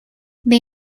they